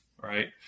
right